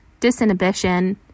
disinhibition